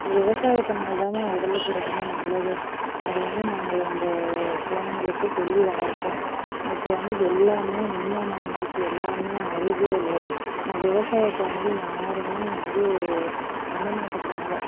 விவசாயத்தினாலதாம்மா உடலுக்கு ரொம்ப நல்லது அது வந்து நாங்க எங்க குழந்தைங்களுக்கு சொல்லி வளர்ப்போம் இப்போ வந்து எல்லாமே விஞ்ஞானம் வந்துருச்சு எல்லாமே அறிவியல் விவசாயத்தை வந்து யாருமே வந்து பண்ண மாட்டேக்குறாங்க